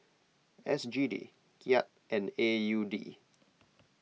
S G D Kyat and A U D